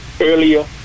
earlier